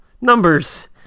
numbers